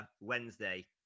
Wednesday